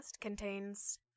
contains